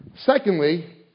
Secondly